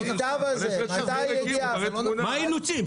מה האילוצים?